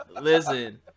Listen